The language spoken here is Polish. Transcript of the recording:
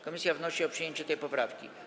Komisja wnosi o przyjęcie tej poprawki.